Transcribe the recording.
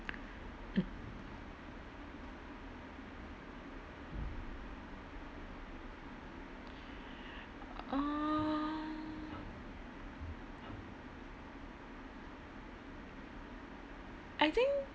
mm um I think